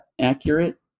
accurate